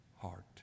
heart